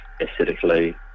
aesthetically